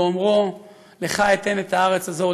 באומרו: לך אתן את הארץ הזאת,